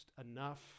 enough